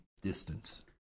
distance